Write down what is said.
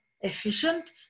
efficient